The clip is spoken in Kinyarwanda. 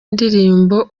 indirimbo